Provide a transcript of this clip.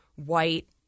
white